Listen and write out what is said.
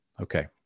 Okay